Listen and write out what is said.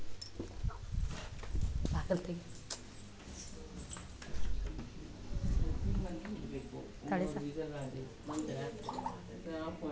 ಬಾಗಿಲು ತಗಿ ತೊಗೊಳಿ ಸಾರ್